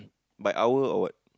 by hour or what